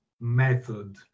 method